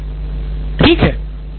professor ठीक है